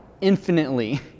infinitely